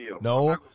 no